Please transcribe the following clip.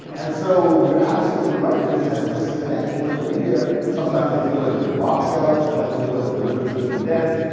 and so you're absolutely right, there's that disconnect where the media, sometimes they feel like they're boxed out, sometimes they feel like the literature's too dense,